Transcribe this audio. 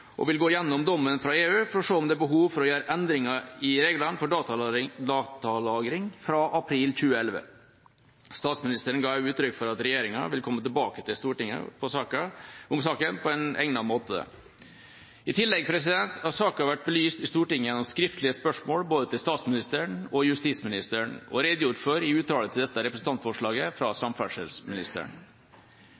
og vil gå igjennom dommen fra EU for å se om det er behov for å gjøre endringer i reglene for datalagring fra april 2011. Statsministeren ga uttrykk for at regjeringa vil komme tilbake til Stortinget med saken på en egnet måte. I tillegg har saken vært belyst i Stortinget gjennom skriftlige spørsmål, både til statsministeren og justisministeren, og redegjort for i en uttalelse til dette representantforslaget fra